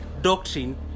doctrine